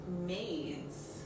maids